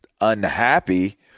unhappy